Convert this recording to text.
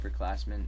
upperclassmen